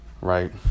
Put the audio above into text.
Right